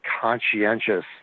conscientious